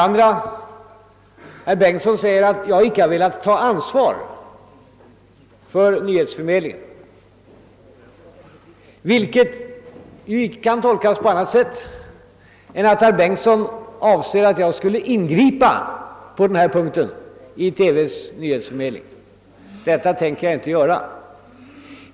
Herr Bengtson sade att jag inte velat ta ansvar för nyhetsförmedlingen, vilket inte kan tolkas på annat sätt än att herr Bengtson anser att jag på denna punkt borde ingripa i TV:s nyhetsförmedling. Det tänker jag inte göra.